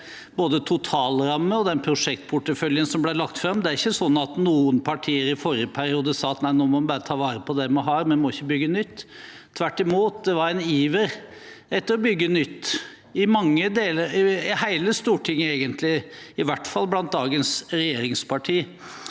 både totalrammen og den prosjektporteføljen som ble lagt fram. Det er ikke sånn at noen partier i forrige periode sa at nei, nå må vi bare ta vare på det vi har, vi må ikke bygge nytt. Tvert imot var det en iver etter å bygge nytt i hele Stortinget, i hvert fall blant dagens regjeringsparti.